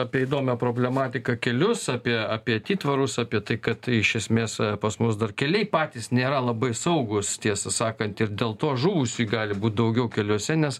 apie įdomią problematiką kelius apie apie atitvarus apie tai kad iš esmės pas mus dar keliai patys nėra labai saugūs tiesą sakant ir dėl to žuvusiųjų gali būt daugiau keliuose nes